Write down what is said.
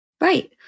Right